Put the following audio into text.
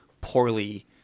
poorly